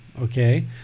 Okay